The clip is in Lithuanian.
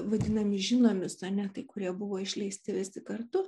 vadinami žinomi sonetai kurie buvo išleisti visi kartu